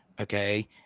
Okay